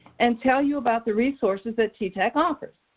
and tell you about the resources that ttac offers.